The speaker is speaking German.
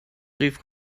rief